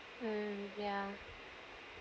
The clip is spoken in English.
um ya